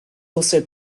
also